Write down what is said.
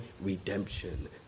Redemption